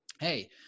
hey